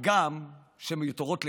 הגם שמיותרות לגמרי.